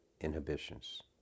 inhibitions